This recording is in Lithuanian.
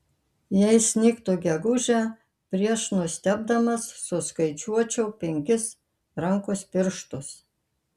jei snigtų gegužę prieš nustebdamas suskaičiuočiau penkis rankos pirštus